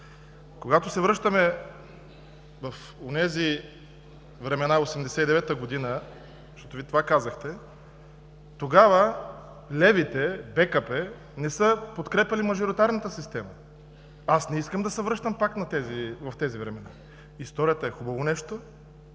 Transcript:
Когато се връщаме в онези времена – 1989 г., защото Вие това казахте, тогава левите – БКП, не са подкрепяли мажоритарната система. Аз не искам да се връщам пак в тези времена. Историята е хубаво нещо,